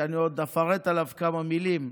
שאני אפרט עליו עוד כמה מילים,